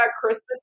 Christmas